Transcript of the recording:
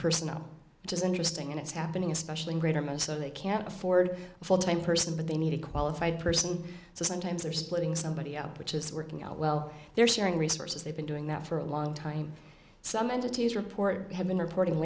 just interesting and it's happening especially in greater mo so they can't afford full time person but they need a qualified person so sometimes they're splitting somebody up which is working out well they're sharing resources they've been doing that for a long time some entities report have been reporting